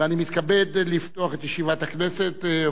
ואני מתכבד לפתוח את ישיבת הכנסת.